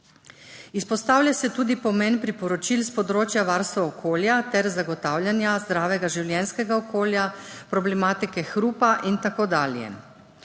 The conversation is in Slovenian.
Izpostavlja se tudi pomen priporočil s področja varstva okolja ter zagotavljanja zdravega življenjskega okolja, problematike hrupa in tako dalje.